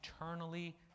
eternally